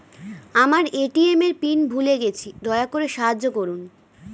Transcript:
আমার এ.টি.এম এর পিন ভুলে গেছি, দয়া করে সাহায্য করুন